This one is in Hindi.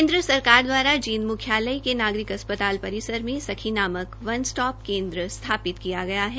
केन्द्र सरकार दवारा जींद मुख्यालय के नागरिक अस्पताल परिसर में सखी नाक वन स्टोप केन्द्र सथापित किया गया है